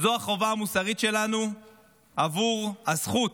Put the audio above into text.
זו החובה המוסרית שלנו עבור הזכות